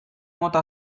mota